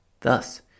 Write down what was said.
Thus